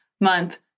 month